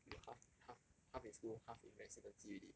you half half half in school half in residency already